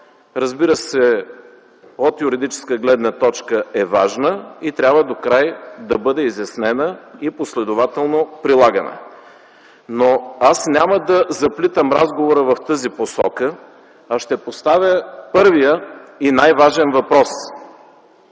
закони, от юридическа гледна точка са важни и трябва докрай да бъдат изяснени и последователно прилагани. Но аз няма да заплитам разговора в тази посока, а ще поставя първия и най-важен въпрос: